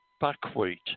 buckwheat